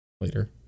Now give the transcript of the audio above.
later